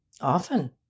Often